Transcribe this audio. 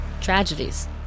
tragedies